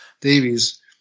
Davies